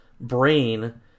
brain